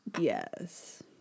Yes